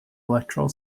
electoral